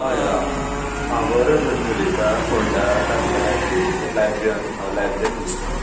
हय हय हांव हांव गवराज जल्मी उलयतां फोंडा तालुका लायब्रयीचो लायब्रियन उलयतां हांव लायब्रियन उलयतां